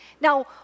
Now